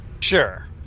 Sure